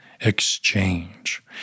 exchange